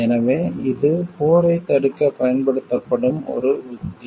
எனவே இது போரைத் தடுக்கப் பயன்படுத்தப்படும் ஒரு உத்தி